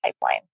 pipeline